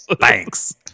Thanks